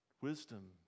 wisdom